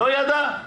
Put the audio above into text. לא ידע.